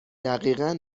دقیقا